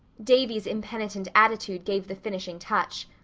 davy's impenitent attitude gave the finishing touch.